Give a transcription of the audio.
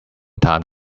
time